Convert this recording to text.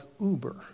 Uber